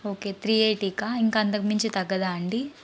okay three ఎయిటీకా ఇంక అంతకుమించి తగ్గదా అండీ